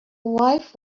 wife